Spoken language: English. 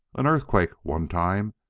an earthquake, one time,